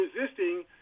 resisting